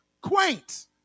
quaint